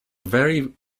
very